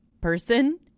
person